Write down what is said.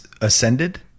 ascended